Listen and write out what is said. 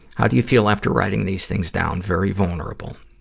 how do you feel after writing these things down? very vulnerable.